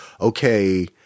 Okay